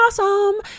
awesome